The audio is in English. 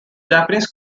japanese